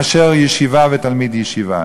מאשר ישיבה ותלמיד ישיבה.